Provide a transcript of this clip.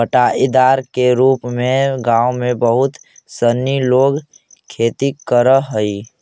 बँटाईदार के रूप में गाँव में बहुत सनी लोग खेती करऽ हइ